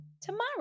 tomorrow